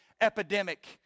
Epidemic